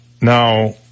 Now